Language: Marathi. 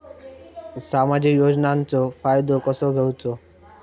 सामाजिक योजनांचो फायदो कसो घेवचो?